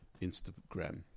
Instagram